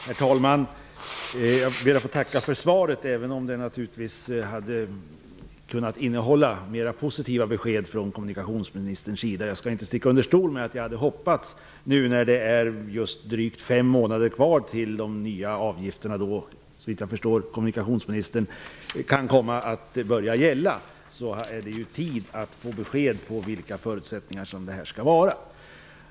Herr talman! Jag skall be att få tacka för svaret. Det hade naturligtvis kunnat innehålla mer posi tiva besked från kommunikationsministerns sida. Jag skall inte sticka under stol med att nu när det är drygt fem månader kvar innan de nya avgif terna skall införas -- såvitt jag kan förstå av kom munikationsministerns svar -- är det dags att få be sked om vilka förutsättningar som skall gälla.